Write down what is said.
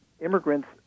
immigrants